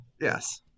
Yes